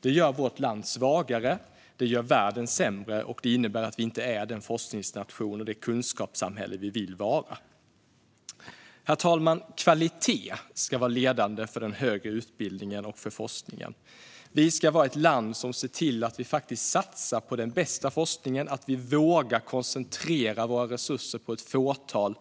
Det gör vårt land svagare, det gör världen sämre och det innebär att vi inte är den forskningsnation och det kunskapssamhälle vi vill vara. Herr talman! Kvalitet ska vara ledande för den högre utbildningen och forskningen. Vi ska vara ett land som ser till att vi satsar på den bästa forskningen. Det handlar om att vi vågar koncentrera våra resurser på ett fåtal